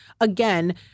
again